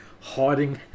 hiding